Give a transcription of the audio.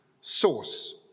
Source